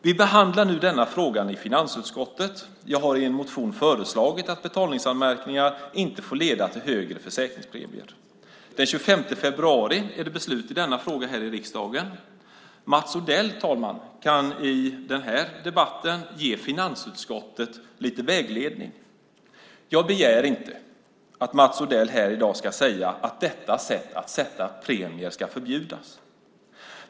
Vi behandlar nu denna fråga i finansutskottet. Jag har i en motion föreslagit att betalningsanmärkningar inte får leda till högre försäkringspremier. Den 25 februari är det beslut i denna fråga här i riksdagen. Mats Odell kan i denna debatt ge finansutskottet lite vägledning. Jag begär inte att Mats Odell här i dag ska säga att detta sätt att sätta premier ska förbjudas.